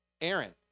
Aaron